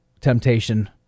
Temptation